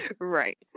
right